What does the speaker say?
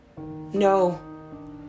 No